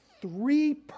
three